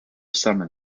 salmon